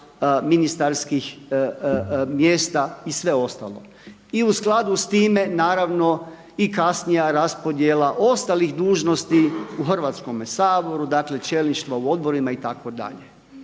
ministarskih mjesta i sve ostalo. I u skladu sa time naravno i kasnija raspodjela ostalih dužnosti u Hrvatskome saboru, dakle čelništva u odborima itd..